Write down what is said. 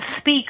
speak